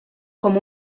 com